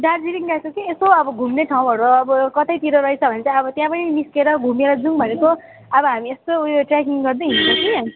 दार्जिलिङ गएको कि यसो अब घुम्ने ठाउँहरू अब कतैतिर रहेस भने चाहिँ अब त्यहाँ पनि निस्किएर घुमेर जाउँ भनेको अब हामी यसो ऊ यो ट्रेकिङ गर्दै हिँडेको कि